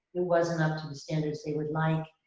it wasn't up to the standards they would like.